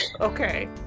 okay